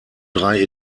drei